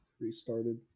restarted